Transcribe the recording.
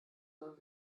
sollen